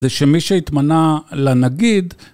זה שמי שהתמנה לנגיד...